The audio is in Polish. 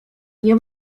nie